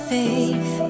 faith